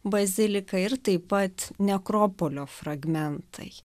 bazilika ir taip pat nekropolio fragmentai